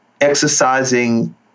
exercising